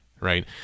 right